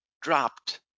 dropped